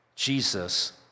Jesus